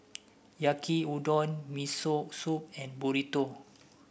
Yaki Udon Miso Soup and Burrito